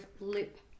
lip